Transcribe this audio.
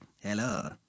hello